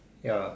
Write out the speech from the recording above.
ya